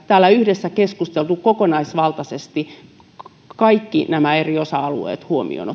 täällä yhdessä keskustelua kokonaisvaltaisesti kaikki nämä eri osa alueet huomioon